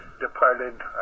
departed